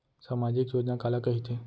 सामाजिक योजना काला कहिथे?